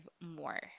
more